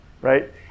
right